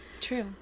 true